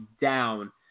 down